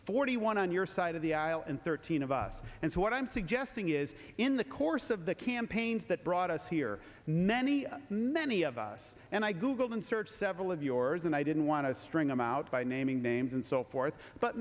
forty one on your side of the aisle and thirteen of us and so what i'm suggesting is in the course of the campaigns that brought us here many many of us and i googled and searched several of yours and i didn't want to string them out by naming names and so forth but